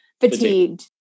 fatigued